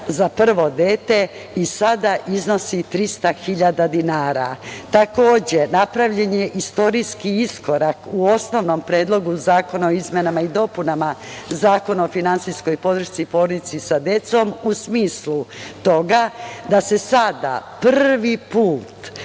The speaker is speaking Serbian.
za prvo dete i sada iznosi 300 hiljada dinara. Takođe, napravljen je istorijski iskorak u osnovnom Predlogu zakona o izmenama i dopunama Zakona o finansijskoj podršci porodici sa decom u smislu toga da se sada prvi put